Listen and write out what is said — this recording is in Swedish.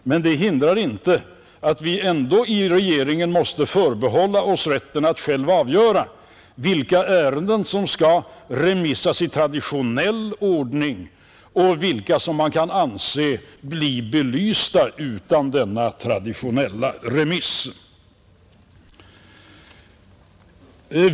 Men det hindrar inte att vi i regeringen måste förbehålla oss rätten att själva avgöra vilka ärenden som skall remissbehandlas i traditionell ordning och vilka som man kan anse bli belysta utan denna traditionella remiss.